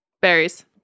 berries